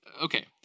okay